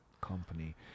company